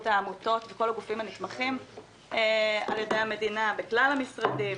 העמותות וכל הגופים הנתמכים על ידי המדינה בכלל המשרדים?